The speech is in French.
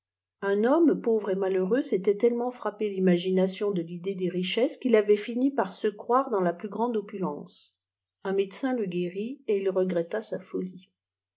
un homme pauvre et malheureux s'était telleme frappé rimaginaiion de l'idée des richesses qu'il avait fini par se crôjjre dans la plus grande opulence tjn ijiédecin le guérit el il re gretta sa fohe